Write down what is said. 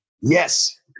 Yes